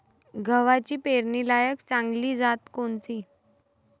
गव्हाची पेरनीलायक चांगली जात कोनची?